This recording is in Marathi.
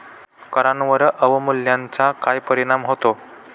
करांवर अवमूल्यनाचा काय परिणाम होतो?